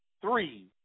three